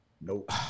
Nope